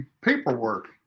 paperwork